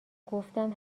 گفتند